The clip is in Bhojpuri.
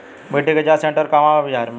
मिटी के जाच सेन्टर कहवा बा बिहार में?